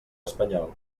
espanyol